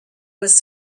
was